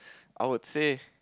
I would say